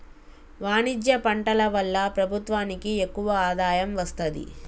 వాణిజ్య పంటల వల్ల ప్రభుత్వానికి ఎక్కువ ఆదాయం వస్తది